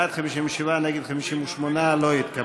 נגד, 58. לא התקבלה.